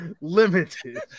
limited